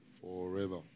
Forever